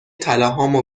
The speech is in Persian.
طلاهامو